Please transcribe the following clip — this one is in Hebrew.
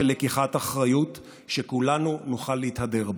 של לקיחת אחריות שכולנו נוכל להתהדר בה.